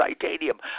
titanium